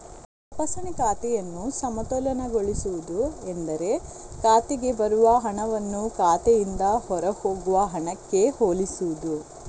ತಪಾಸಣೆ ಖಾತೆಯನ್ನು ಸಮತೋಲನಗೊಳಿಸುವುದು ಎಂದರೆ ಖಾತೆಗೆ ಬರುವ ಹಣವನ್ನು ಖಾತೆಯಿಂದ ಹೊರಹೋಗುವ ಹಣಕ್ಕೆ ಹೋಲಿಸುವುದು